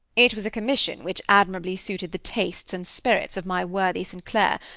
it was a commission which admirably suited the tastes and spirits of my worthy st. clair,